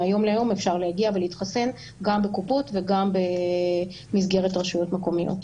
מהיום להיום אפשר להגיע ולהתחסן גם בקופות וגם במסגרת רשויות מקומיות.